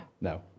No